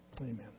Amen